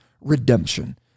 redemption